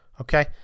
Okay